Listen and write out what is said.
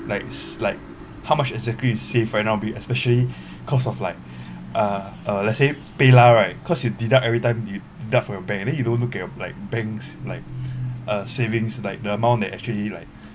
likes like how much exactly to save right now be especially cause of like uh uh let's say paylah right cause you deduct everytime you deduct from your bank and then you don't look at like banks like uh savings like the amount they actually like